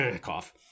cough